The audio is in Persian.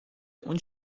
اون